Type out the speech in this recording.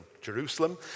Jerusalem